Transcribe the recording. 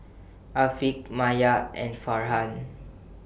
Afiq Maya and Farhan